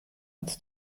uns